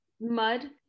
mud